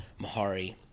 Mahari